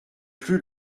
plus